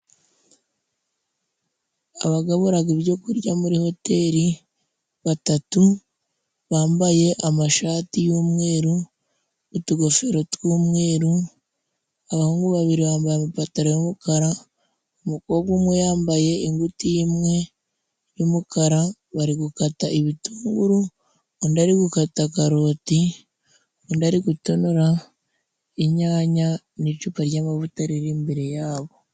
Abagaburaga ibyo kurya muri hoteri batatu bambaye amashati y'umweru, utugofero tw'umweru, abahungu babiri bambaye amapataro y'umukara, umukobwa umwe yambaye ingutiya imwe y'umukara, bari gukata ibitunguru undi ari gukata karoti, undi ari gutonora inyanya n'icupa ry'amavuta riri imbere yabo.